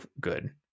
Good